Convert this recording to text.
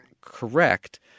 correct